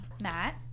Matt